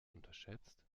unterschätzt